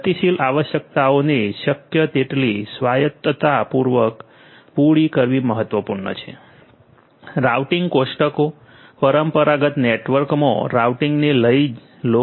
ગતિશીલ આવશ્યકતાઓને શક્ય તેટલી સ્વાયત્તતાપૂર્વક પૂરી કરવી મહત્વપૂર્ણ છે રાઉટિંગ કોષ્ટકો પરંપરાગત નેટવર્કમાં રાઉટિંગને જ લઇ લ્યો